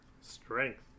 Strength